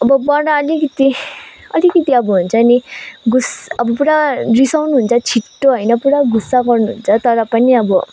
अब बडा अलिकति अलिकति अब हुन्छ नि गुस्सा अब पुरा रिसाउनुहुन्छ छिट्टो होइन पुरा गुस्सा गर्नुहुन्छ तर पनि अब